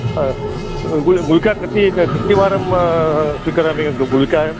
हा गुलिका कति कतिवारं स्वीकरोमि गुलिकां